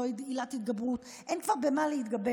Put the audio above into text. לא עילת התגברות, אין כבר על מה להתגבר.